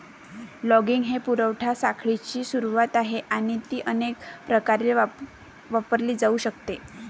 logging ही पुरवठा साखळीची सुरुवात आहे आणि ती अनेक प्रकारे वापरली जाऊ शकते